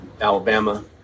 Alabama